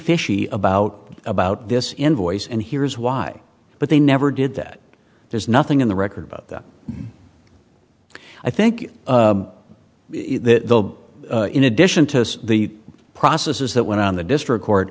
fishy about about this invoice and here's why but they never did that there's nothing in the record about that and i think that the in addition to the processes that went on the district court